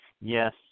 Yes